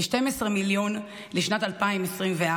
ו-12 מיליון לשנת 2024,